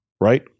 Right